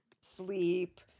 sleep